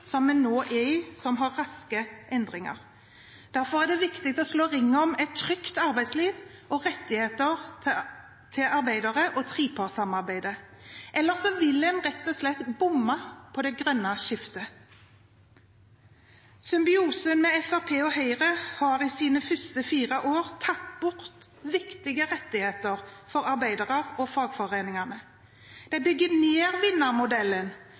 den man nå er i, med raske endringer. Derfor er det viktig å slå ring om et trygt arbeidsliv, rettigheter til arbeidere og trepartssamarbeidet. Ellers vil en rett og slett bomme på det grønne skiftet. Symbiosen med Fremskrittspartiet og Høyre har i sine første fire år tatt bort viktige rettigheter for arbeidere og fagforeningene. De bygger ned